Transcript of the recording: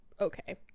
okay